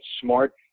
smart